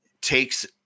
takes